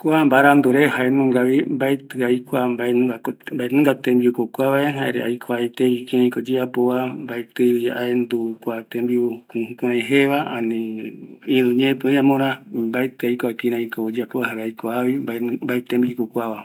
Kua mbarandure jaenungavi, jare aikua vaera mbaenungako kua tembiuva, jare aikuaetei kïraiko oyeapova, nbaetɨ aendu kua tembiu jukurai jeeva, ani iru ñeepera oï, mbaetɨ aikua kiraïko oyeapova, jare mbae tembiuko kuava